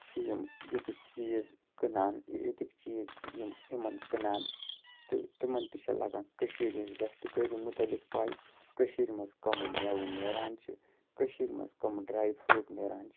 چھِ یِم ییٚتِکۍ چیٖز کٕنان ییٚتِکۍ چیٖز چھِ یِم یِمَن کٕنان تہٕ تِمَن تہِ چھِ لَگان کٔشیٖرِ ہنٛز دَستٕکٲری متعلق پاے کٔشیٖرِ منٛز کَم میٚوٕ نیران چھِ کٔشیٖرِ منٛز کَم ڈرٛاے فرٛوٗٹ نیران چھِ